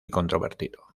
controvertido